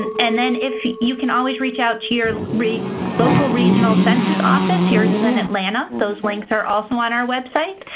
and then if you can always reach out to your local regional census office. yours is in atlanta. those links are also on our web site,